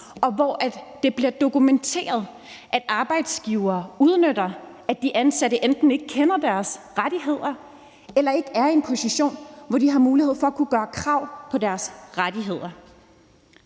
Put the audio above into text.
og det bliver dokumenteret, at arbejdsgivere udnytter, at de ansatte enten ikke kender deres rettigheder eller ikke er i en position, hvor de har mulighed for at kunne gøre krav på deres rettigheder.